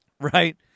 Right